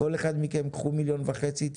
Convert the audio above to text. כל אחד מכם "קחו מיליון וחצי ₪,